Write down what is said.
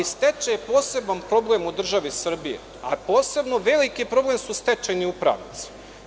Stečaj je poseban problem u državi Srbiji, a posebno veliki problem su stečajni upravnici.